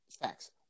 Facts